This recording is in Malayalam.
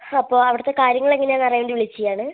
അപ്പോൾ അവിടുത്തെ കാര്യങ്ങൾ എങ്ങനെയാണെന്ന് അറിയാൻ വേണ്ടി വിളിച്ചതാണ്